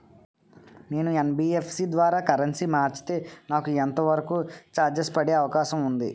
నేను యన్.బి.ఎఫ్.సి ద్వారా కరెన్సీ మార్చితే నాకు ఎంత వరకు చార్జెస్ పడే అవకాశం ఉంది?